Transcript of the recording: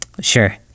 Sure